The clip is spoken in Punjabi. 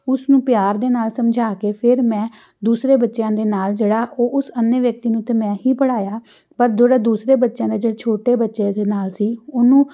ਉਸ ਨੂੰ ਪਿਆਰ ਦੇ ਨਾਲ ਸਮਝਾ ਕੇ ਫਿਰ ਮੈਂ ਦੂਸਰੇ ਬੱਚਿਆਂ ਦੇ ਨਾਲ ਜਿਹੜਾ ਉਹ ਉਸ ਅੰਨੇ ਵਿਅਕਤੀ ਨੂੰ ਤਾਂ ਮੈਂ ਹੀ ਪੜ੍ਹਾਇਆ ਪਰ ਜਿਹੜਾ ਦੂਸਰੇ ਬੱਚਿਆਂ ਦਾ ਜਿਹੜਾ ਛੋਟੇ ਬੱਚੇ ਦੇ ਨਾਲ ਸੀ ਉਹਨੂੰ